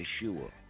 Yeshua